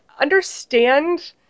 understand